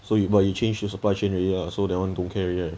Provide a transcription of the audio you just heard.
so you but you change to supply chain already lah so that [one] don't care already right